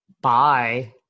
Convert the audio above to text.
Bye